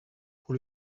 pour